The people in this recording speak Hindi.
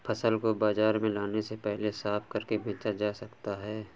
फसल को बाजार में लाने से पहले साफ करके बेचा जा सकता है?